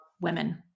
women